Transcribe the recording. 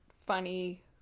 funny